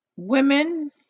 women